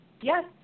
yes